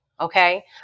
okay